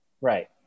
Right